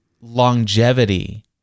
longevity